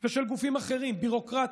ושל גופים אחרים ביורוקרטיים,